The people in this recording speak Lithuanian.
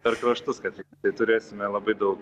per kraštus kad tai turėsime labai daug